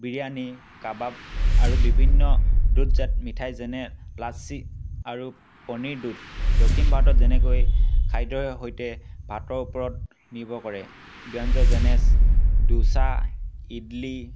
বিৰিয়ানী কাবাব আৰু বিভিন্ন দুধ জাত মিঠাই যেনে লাছি আৰু পনীৰ দুধ দক্ষিণ ভাৰতত যেনেকৈ খাদ্যৰ সৈতে ভাতৰ ওপৰত নিৰ্ভৰ কৰে ব্যঞ্জ যেনে ডোচা ইডলি